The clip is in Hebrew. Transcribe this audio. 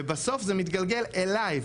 ובסוף זה מתגלגל אלי,